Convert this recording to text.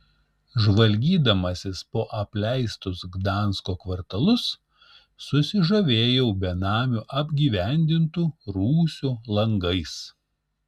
žvalgydamasis po apleistus gdansko kvartalus susižavėjau benamių apgyvendintų rūsių langais